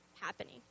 happening